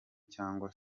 cyangwa